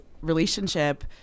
relationship